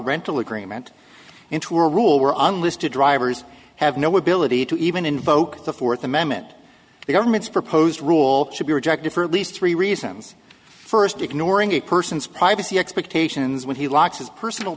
rental agreement into a rule were unlisted drivers have no ability to even invoke the fourth amendment the government's proposed rule should be rejected for at least three reasons first ignoring a person's privacy expectations when he locks his personal